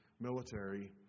military